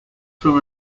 from